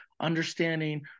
understanding